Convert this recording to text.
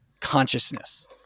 consciousness